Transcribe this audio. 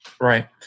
Right